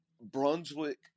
Brunswick